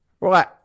Right